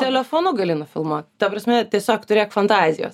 telefonu gali nufilmuot ta prasme tiesiog turėk fantazijos